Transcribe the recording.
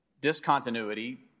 discontinuity